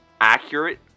accurate